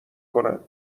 کنند